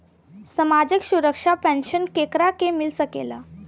सामाजिक सुरक्षा पेंसन केकरा के मिल सकेला?